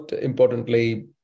importantly